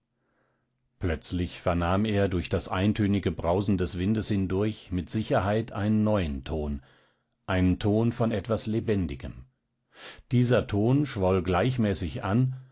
plötzlich vernahm er durch das eintönige brausen des windes hindurch mit sicherheit einen neuen ton einen ton von etwas lebendigem dieser ton schwoll gleichmäßig an